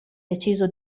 deciso